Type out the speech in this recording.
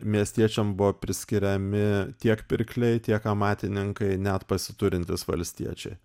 miestiečiam buvo priskiriami tiek pirkliai tiek amatininkai net pasiturintys valstiečiai